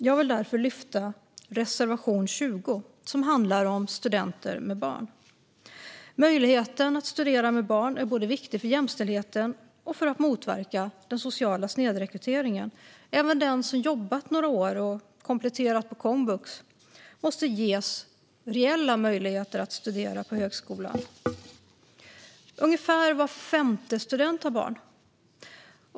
Jag vill därför yrka bifall till reservation 20, som handlar om studenter med barn. Möjligheten att studera med barn är både viktig för jämställdheten och för att motverka den sociala snedrekryteringen. Även den som har jobbat i några år och kompletterat på komvux måste ges reella möjligheter att studera på högskolan. Ungefär var femte student har barn.